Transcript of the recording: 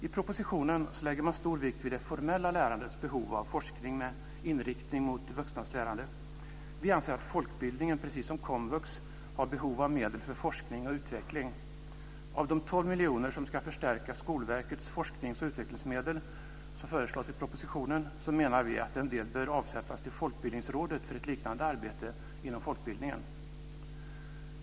I propositionen lägger man stor vikt vid det formella lärandets behov av forskning med inriktning mot vuxnas lärande. Vi anser att folkbildningen precis som komvux har behov av medel för forskning och utveckling. Av de 12 miljoner kronor som ska förstärka Skolverkets forsknings och utvecklingsmedel som föreslås i propositionen menar vi att en del bör avsättas till Folkbildningsrådet för ett liknande arbete inom folkbildningen.